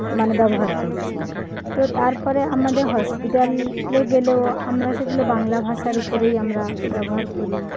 মানে ব্যবহার করছি তো তারপরে আমাদের হসপিটালে গেলেও আমরা সেগুলো বাংলা ভাষার উপরেই আমরা ব্যবহার করি